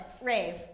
Rave